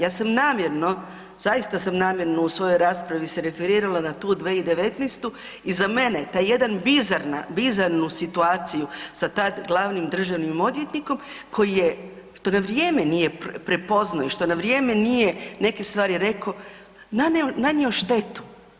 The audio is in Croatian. Ja sam namjerno, zaista sam namjerno u svojoj raspravi se referirala na tu 2019.-tu i za mene taj jedan bizaran, bizarnu situaciju sa tad glavnim državnim odvjetnikom koji je, što na vrijeme nije prepoznao i što na vrijeme nije neke stvari rekao nanio štetu.